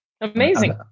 Amazing